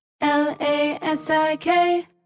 L-A-S-I-K